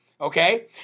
Okay